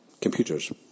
computers